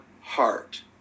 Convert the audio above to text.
heart